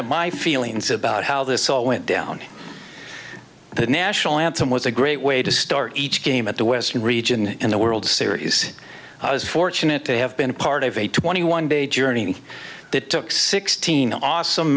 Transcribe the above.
of my feelings about how this all went down the national anthem was a great way to start each game at the western region in the world series i was fortunate to have been a part of a twenty one day journey that took sixteen awesome